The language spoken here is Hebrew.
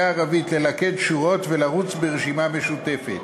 הערבית ללכד שורות ולרוץ ברשימה משותפת.